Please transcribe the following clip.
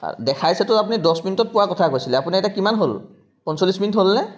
দেখাইছেেতো আপুনি দহ মিনিটত পোৱা কথা কৈছিলে আপুনি এতিয়া কিমান হ'ল পঞ্চল্লিছ মিনিট হ'লনে